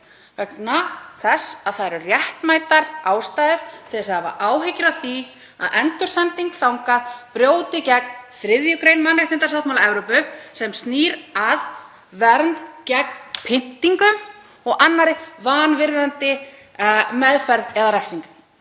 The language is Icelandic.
vegna þess að það eru réttmætar ástæður til að hafa áhyggjur af því að endursending þangað brjóti gegn 3. gr. mannréttindasáttmála Evrópu sem snýr að vernd gegn pyndingum og annarri vanvirðandi meðferð eða refsingu,